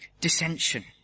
Dissension